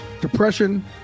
Depression